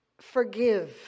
forgive